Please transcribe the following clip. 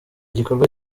gikorwa